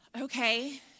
okay